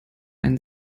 einen